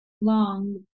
long